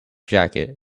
jacket